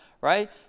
right